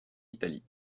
italie